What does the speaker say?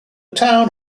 town